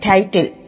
title